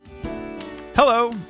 Hello